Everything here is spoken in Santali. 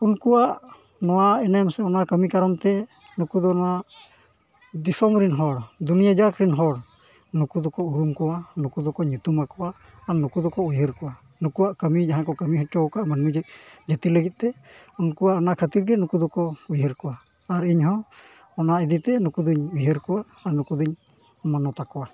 ᱩᱱᱠᱩᱣᱟᱜ ᱱᱚᱣᱟ ᱮᱱᱮᱢ ᱥᱮ ᱚᱱᱟ ᱠᱟᱹᱢᱤ ᱠᱟᱨᱚᱱ ᱛᱮ ᱱᱩᱠᱩ ᱫᱚ ᱚᱱᱟ ᱫᱤᱥᱚᱢ ᱨᱮᱱ ᱦᱚᱲ ᱫᱩᱱᱤᱭᱟᱹ ᱡᱟᱠ ᱨᱮᱱ ᱦᱚᱲ ᱱᱩᱠᱩ ᱫᱚᱠᱚ ᱩᱨᱩᱢ ᱠᱚᱣᱟ ᱱᱩᱠᱩ ᱫᱚᱠᱚ ᱧᱩᱛᱩᱢ ᱟᱠᱚᱣᱟ ᱟᱨ ᱱᱩᱠᱩ ᱫᱚᱠᱚ ᱩᱭᱦᱟᱹᱨ ᱠᱚᱣᱟ ᱱᱩᱠᱩᱣᱟᱜ ᱠᱟᱹᱢᱤ ᱡᱟᱦᱟᱸ ᱠᱚ ᱠᱟᱹᱢᱤ ᱦᱚᱴᱚ ᱟᱠᱟᱫ ᱟᱠᱚᱣᱟᱜ ᱢᱟᱹᱱᱢᱤ ᱡᱟᱹᱛᱤ ᱞᱟᱹᱜᱤᱫ ᱛᱮ ᱩᱱᱠᱩᱣᱟᱜ ᱚᱱᱟ ᱠᱷᱟᱹᱛᱤᱨ ᱜᱮ ᱱᱩᱠᱩ ᱫᱚᱠᱚ ᱩᱭᱦᱟᱹᱨ ᱠᱚᱣᱟ ᱟᱨ ᱤᱧᱦᱚᱸ ᱚᱱᱟ ᱤᱫᱤᱛᱮ ᱱᱩᱠᱩ ᱫᱚᱧ ᱩᱭᱦᱟᱹᱨ ᱠᱚᱣᱟ ᱟᱨ ᱱᱩᱠᱩ ᱫᱚᱧ ᱢᱟᱱᱚᱛ ᱟᱠᱚᱣᱟ